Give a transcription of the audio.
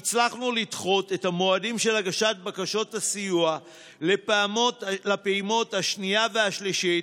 הצלחנו לדחות את המועדים של הגשת בקשות הסיוע לפעימות השנייה והשלישית,